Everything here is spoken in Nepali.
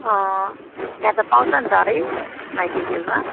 अँ त्यहाँ त पाउँछ नि त है माइती होटेलमा